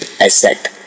asset